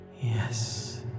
Yes